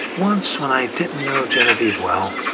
once, when i didn't know genevieve well,